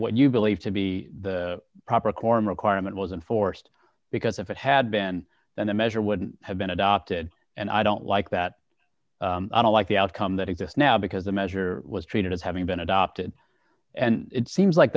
what you believed to be the proper quorum requirement wasn't forced because if it had been then a measure would have been adopted and i don't like that i don't like the outcome that exists now because the measure was treated as having been adopted and it seems like